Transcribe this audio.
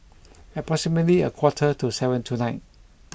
approximately a quarter to seven tonight